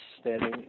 standing